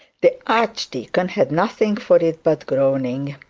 the archdeacon had nothing for it but groaning.